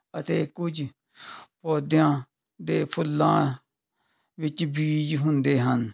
ਅਤੇ ਕੁਝ ਪੌਦਿਆਂ ਦੇ ਫੁੱਲਾਂ ਵਿੱਚ ਬੀਜ ਹੁੰਦੇ ਹਨ